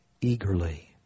eagerly